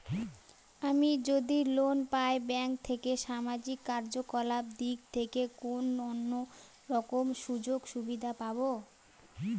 আমি যদি লোন পাই ব্যাংক থেকে সামাজিক কার্যকলাপ দিক থেকে কোনো অন্য রকম সুযোগ সুবিধা পাবো?